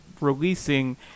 releasing